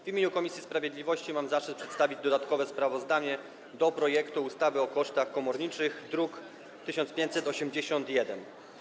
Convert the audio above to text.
W imieniu komisji sprawiedliwości mam zaszczyt przedstawić dodatkowe sprawozdanie w sprawie projektu ustawy o kosztach komorniczych, druk nr 1581.